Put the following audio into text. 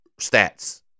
stats